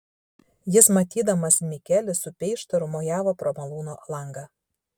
jis matydamas mikelį su peištaru mojavo pro malūno langą